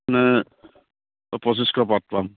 নানে পঁচিছশ পাত পাম